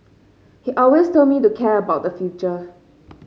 he always told me to care about the future